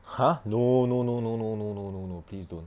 !huh! no no no no no no no no no please don't